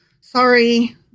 Sorry